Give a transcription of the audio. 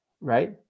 right